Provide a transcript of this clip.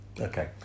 Okay